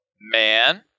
man